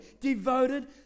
devoted